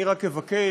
אני רק אבקש,